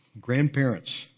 grandparents